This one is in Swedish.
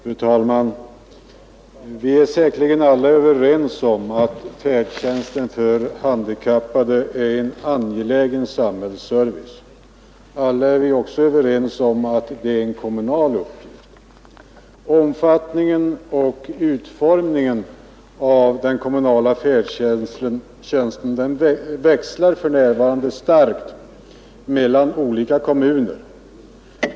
Fru talman! Vi är säkerligen alla överens om att färdtjänsten för de handikappade är en angelägen samhällsservice. Alla är vi också överens om att det är en kommunal uppgift. Omfattningen och utformningen av den kommunala färdtjänsten växlar för närvarande starkt mellan olika kommuner.